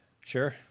Sure